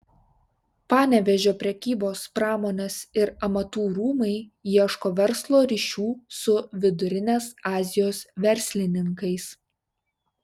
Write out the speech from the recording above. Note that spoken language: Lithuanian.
panevėžio prekybos pramonės ir amatų rūmai ieško verslo ryšių su vidurinės azijos verslininkais